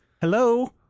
Hello